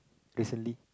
recently